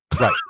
Right